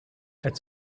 als